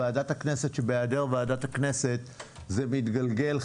ועדת הכנסת שבהיעדר ועדת הכנסת זה מתגלגל,